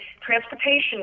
transportation